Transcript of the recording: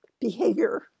behavior